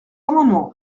amendement